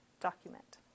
document